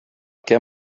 què